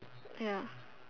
ya